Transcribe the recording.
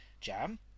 jam